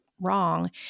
wrong